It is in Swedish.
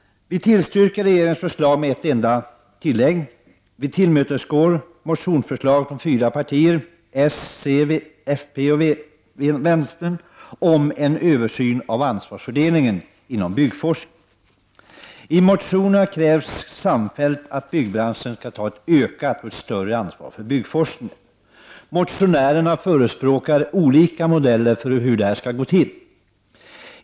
Vi tillstyrker regeringens förslag med ett enda tillägg: Vi tillmötesgår motionsförslag från fyra partier — socialdemokraterna, centern, folkpartiet och vänstern — om en översyn av ansvarsfördelningen inom byggforskningen. I motionerna krävs samfällt att byggbranschen skall ta ett större ansvar för byggnadsforskningen. Motionärerna förespråkar olika modeller för hur det skall gå till.